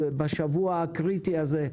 בשבוע הקריטי הזה,